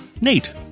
Nate